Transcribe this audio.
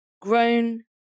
grown